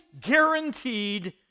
guaranteed